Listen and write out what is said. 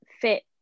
fit